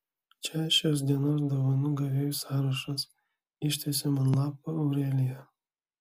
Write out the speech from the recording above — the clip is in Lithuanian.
čia šios dienos dovanų gavėjų sąrašas ištiesė man lapą aurelija